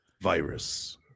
virus